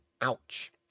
Ouch